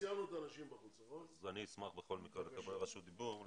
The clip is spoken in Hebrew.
חבר הכנסת קוז'ינוב, בבקשה.